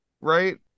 right